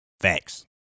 facts